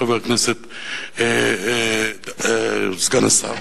חבר הכנסת סגן השר,